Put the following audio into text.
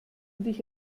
dich